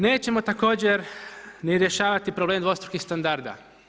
Nećemo također ni rješavati problem dvostrukih standarda.